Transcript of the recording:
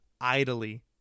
idly